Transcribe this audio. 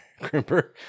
crimper